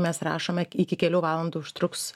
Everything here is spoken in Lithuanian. mes rašome iki kelių valandų užtruks